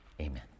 Amen